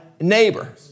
neighbor